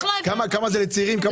כמה עובדים חרדים יש בלפ"מ?